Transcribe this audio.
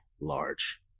large